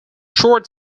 short